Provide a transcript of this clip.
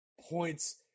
points